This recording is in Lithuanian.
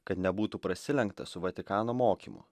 kad nebūtų prasilenkta su vatikano mokymu